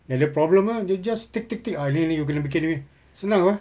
dia ada problem ah you just tick tick tick ah dia ini you kena bikin ini senang lah